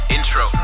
Intro